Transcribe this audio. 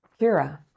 Kira